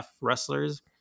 wrestlers